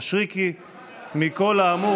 הפנה את תשומת ליבו לחיווי האדום וטפח על פאנל